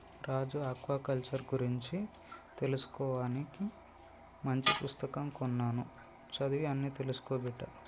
రాజు aquaculture గురించి తెలుసుకోవానికి మంచి పుస్తకం కొన్నాను చదివి అన్ని తెలుసుకో బిడ్డా